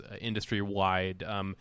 industry-wide